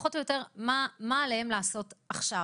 פחות או יותר מה עליהם לעשות עכשיו?